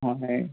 হয় হয়